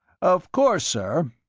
of course, sir,